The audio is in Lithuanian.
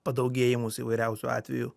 padaugėjimus įvairiausių atvejų